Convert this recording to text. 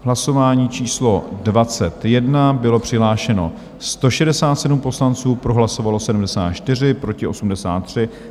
Hlasování číslo 21, bylo přihlášeno 167 poslanců, pro hlasovalo 74, proti 83.